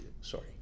sorry